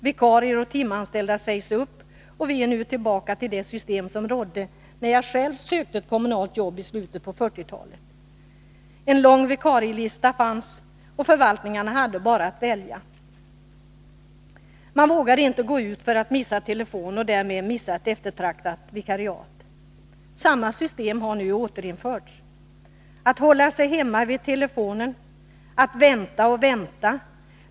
Vikarier och timanställda sägs upp, och vi är tillbaka vid det system som rådde när jag själv sökte ett kommunalt jobb i slutet på 1940-talet. En lång vikarielista fanns, och förvaltningarna hade bara att välja. Man vågade inte gå ut — för att inte missa telefon och därmed ett eftertraktat vikariat. Samma system har återinförts. ”Att hålla sig hemma vid telefonen. Att vänta och vänta.